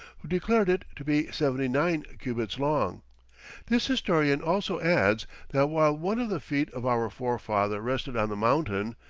who declared it to be seventy-nine cubits long this historian also adds that while one of the feet of our forefather rested on the mountain,